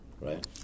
Right